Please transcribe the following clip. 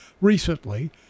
recently